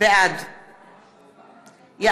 בעד יעקב מרגי,